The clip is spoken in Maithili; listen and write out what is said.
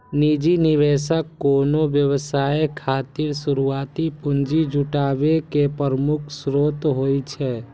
निजी निवेशक कोनो व्यवसाय खातिर शुरुआती पूंजी जुटाबै के प्रमुख स्रोत होइ छै